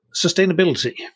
sustainability